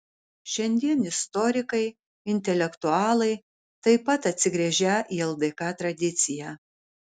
šiandien istorikai intelektualai taip pat atsigręžią į ldk tradiciją